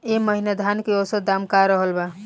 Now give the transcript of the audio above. एह महीना धान के औसत दाम का रहल बा?